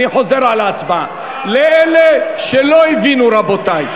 אני חוזר על ההצבעה לאלה שלא הבינו, רבותי.